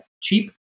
cheap